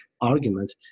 argument